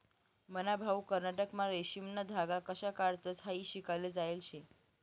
मन्हा भाऊ कर्नाटकमा रेशीमना धागा कशा काढतंस हायी शिकाले जायेल शे